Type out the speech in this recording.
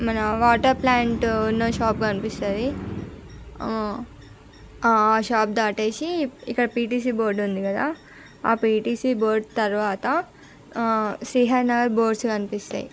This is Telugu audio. మన వాటర్ ప్లాంట్ ఉన్న షాప్ కనిపిస్తుంది ఆ షాప్ దాటేసి ఇక్కడ పిటీసీ బోర్డు ఉంది కదా ఆ పిటీసీ బోర్డు తరువాత శ్రీహరి నగర్ బోర్డ్స్ కనిపిస్తాయి